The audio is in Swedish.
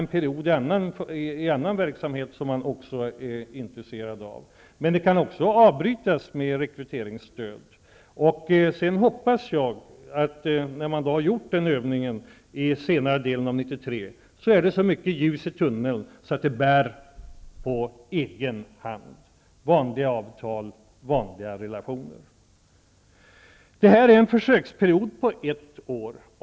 Man kan få en period i annan veksamhet, som man också är intresserad av. Men praktiken kan också avbrytas med rekryteringsstöd. Sedan hoppas jag att det, när man har gjort den här övningen under senare delen av 1993, är så mycket ljus i tunneln att verksamheten bär på egen hand, med vanliga avtal och vanliga relationer. Detta är en försöksperiod på ett år.